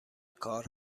کار